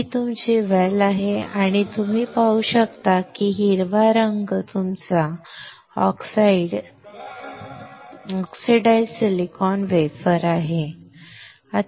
ही तुमची वेल आहे आणि तुम्ही पाहू शकता की हिरवा रंग तुमचा ऑक्सिडाइज्ड सिलिकॉन वेफर आहे